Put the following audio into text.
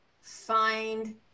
find –